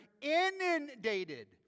inundated